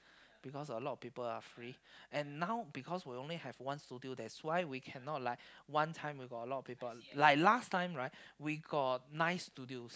because a lot of people are free and now because we only have one studio that's why we cannot like one time we got a lot of people like last time right we got nine studios